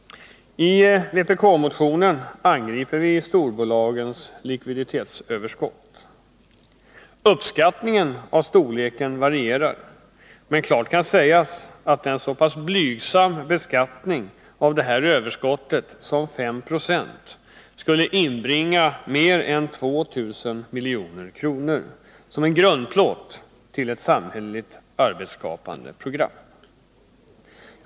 I vpk-motionen angriper vi storbolagens likviditetsöverskott. Uppskattningen av storleken varierar, men klart kan sägas att en så blygsam beskattning av detta överskott som 5 96 skulle inbringa mer än 2 000 milj.kr. som en grundplåt till ett samhälleligt arbetsskapande program.